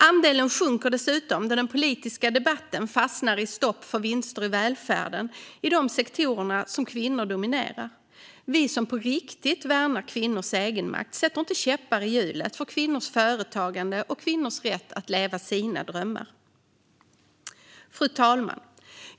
Andelen sjunker dessutom, då den politiska debatten fastnar i stopp för vinster i välfärden i de sektorer som kvinnor dominerar. Vi som på riktigt värnar kvinnors egenmakt sätter inte käppar i hjulet för kvinnors företagande och kvinnors rätt att leva sina drömmar. Fru talman!